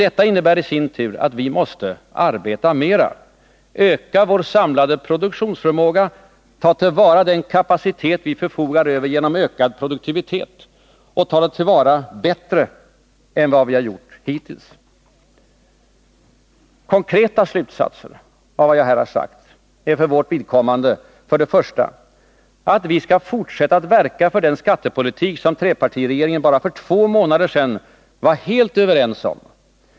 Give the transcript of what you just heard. Detta innebär i sin tur att vi måste arbeta mera, öka vår samlade produktionsförmåga, ta till vara den kapacitet vi förfogar över och genom ökad produktivitet ta den till vara bättre än vi har gjort hittills. Konkreta slutsatser av vad jag här har sagt är för vårt vidkommande för det första att vi skall fortsätta att verka för den skattepolitik som trepartiregeringen bara för två månader sedan var helt överens om.